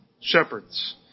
shepherds